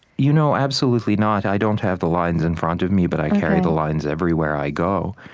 you know, absolutely not. i don't have the lines in front of me, but i carry the lines everywhere i go.